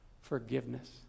Forgiveness